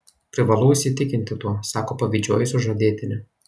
privalau įsitikinti tuo sako pavydžioji sužadėtinė